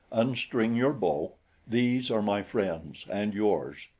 unstring your bow these are my friends, and yours.